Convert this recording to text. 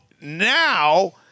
now